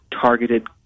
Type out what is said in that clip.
targeted